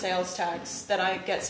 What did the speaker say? sales tax that i get